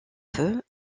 feu